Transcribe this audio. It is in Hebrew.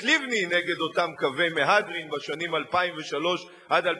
לבני נגד אותם קווי מהדרין בשנים 2003 2006,